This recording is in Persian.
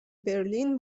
برلین